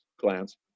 glance